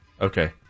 Okay